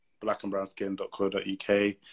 blackandbrownskin.co.uk